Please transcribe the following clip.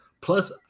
Plus